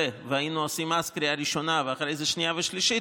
והיינו עושים אז קריאה ראשונה ואחרי זה שנייה ושלישית,